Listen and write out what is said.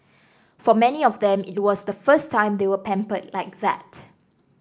for many of them it was the first time they were pampered like that